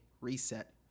reset